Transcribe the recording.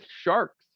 sharks